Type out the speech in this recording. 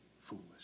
foolish